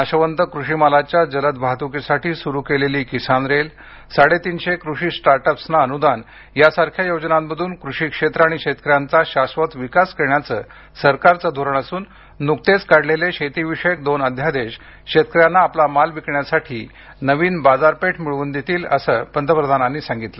नाशवंत कृषिमालाच्या जलद वाहतुकीसाठी सुरू केलेली किसान रेल साडेतीनशे कृषी स्टार्ट अप्सना अनुदान या सारख्या योजनांमधून कृषी क्षेत्र आणि शेतकऱ्यांचा शाश्वत विकास करण्याच सरकारचं धोरण असून नुकतेच काढलेले शेतीविषयक दोन अध्यादेश शेतकऱ्यांना आपला माल विकण्यासाठी नवीन बाजारपेठ मिळवून देतील असं पंतप्रधान यावेळी म्हणाले